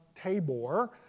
Tabor